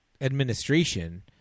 administration